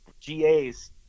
GAs